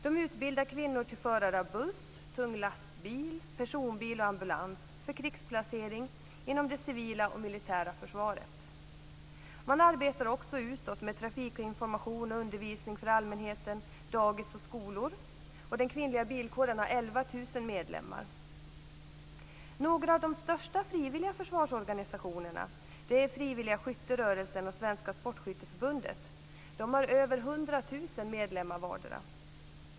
Den utbildar kvinnor till förare av buss, tung lastbil, personbil och ambulans för krigsplacering inom det civila och militära försvaret. Man arbetar också utåt med trafikinformation och undervisning för allmänheten, dagis och skolor. Den kvinnliga bilkåren har Några av de största frivilliga försvarsorganisationerna är Frivilliga Skytterörelsen och Svenska Sportskytteförbundet. De har över 100 000 medlemmar vardera.